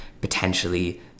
potentially